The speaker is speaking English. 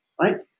right